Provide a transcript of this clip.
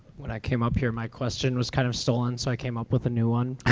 when i came up here my question was kind of stolen so i came up with a new one.